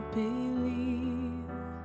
believe